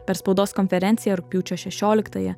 per spaudos konferenciją rugpjūčio šešioliktąją